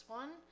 one